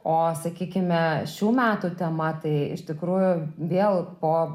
o sakykime šių metų tema tai iš tikrųjų vėl po